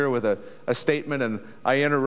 here with a a statement and i enter